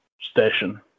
station